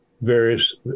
various